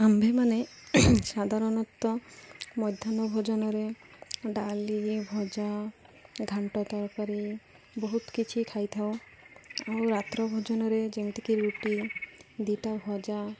ଆମ୍ଭେମାନେ ସାଧାରଣତଃ ମଧ୍ୟାହ୍ନ ଭୋଜନରେ ଡାଲି ଭଜା ଘାଣ୍ଟ ତରକାରୀ ବହୁତ କିଛି ଖାଇଥାଉ ଆଉ ରାତ୍ର ଭୋଜନରେ ଯେମିତିକି ରୁଟି ଦୁଇଟା ଭଜା